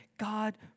God